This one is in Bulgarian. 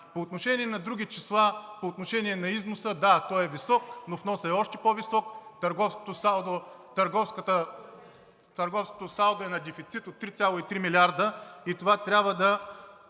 По отношение на други числа, по отношение на износа – да, той е висок, но вносът е още по-висок. Търговското салдо е на дефицит от 3,3 милиарда и това трябва да